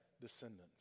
descendants